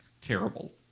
Terrible